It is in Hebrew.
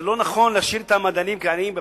זה לא נכון להשאיר את המדענים כעניים בפתח.